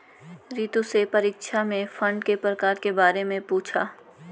रितु से परीक्षा में फंड के प्रकार के बारे में पूछा